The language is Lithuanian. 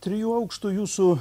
trijų aukštų jūsų